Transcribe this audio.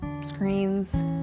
screens